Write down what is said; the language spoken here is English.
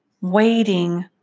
waiting